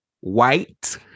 white